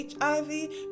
HIV